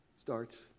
starts